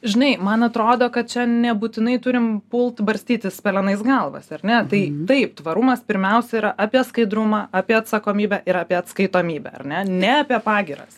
žinai man atrodo kad čia nebūtinai turim pult barstytis pelenais galvas ar ne tai taip tvarumas pirmiausia yra apie skaidrumą apie atsakomybę ir apie atskaitomybę ar ne ne apie pagyras